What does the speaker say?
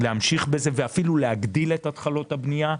להמשיך בזה ואפילו להגדיל את התחלות הבנייה,